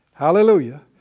Hallelujah